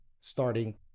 starting